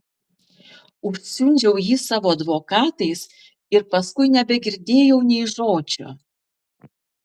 užsiundžiau jį savo advokatais ir paskui nebegirdėjau nė žodžio